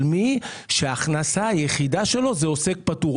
מי שההכנסה היחידה שלו היא עוסק פטור.